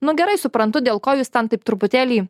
nu gerai suprantu dėl ko jūs ten taip truputėlį